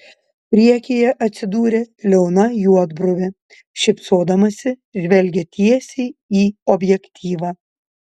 priekyje atsidūrė liauna juodbruvė šypsodamasi žvelgė tiesiai į objektyvą